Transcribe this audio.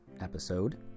episode